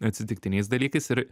atsitiktiniais dalykais ir